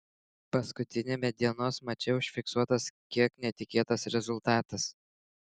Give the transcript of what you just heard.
paskutiniame dienos mače užfiksuotas kiek netikėtas rezultatas